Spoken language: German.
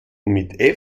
mit